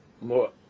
more